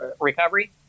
recovery